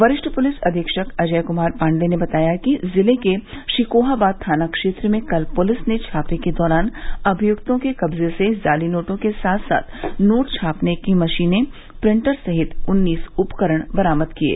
वरिष्ठ पुलिस अधीक्षक अजय कुमार पांडेय ने बताया कि जिले के शिकोहाबाद थाना क्षेत्र में कल पुलिस ने छापे के दौरान अभियुक्तों के कब्जे से जाली नोटों के साथ साथ नोट छापने की मशीनें प्रिंटर सहित उन्नीस उपकरण बरामद किये